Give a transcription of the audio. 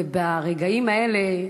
וברגעים האלה,